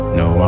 no